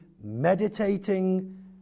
meditating